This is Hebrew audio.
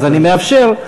אני מאפשר.